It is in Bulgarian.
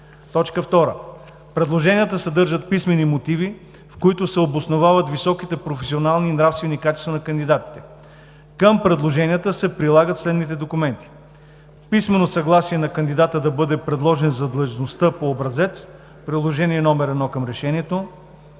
2. Предложенията съдържат писмени мотиви, в които се обосновават високите професионални и нравствени качества на кандидатите. Към предложенията се прилагат следните документи: – писмено съгласие на кандидата да бъде предложен за длъжността по образец – Приложение № 1 към Решението;